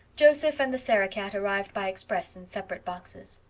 joseph and the sarah-cat arrived by express in separate boxes.